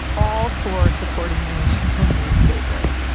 all for supporting your local newspaper.